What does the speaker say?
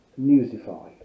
Newsify